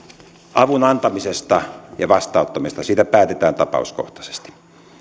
avun antamisesta ja vastaanottamisesta päätetään tapauskohtaisesti ja